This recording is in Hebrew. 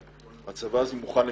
הצבא הזה מוכן למלחמה.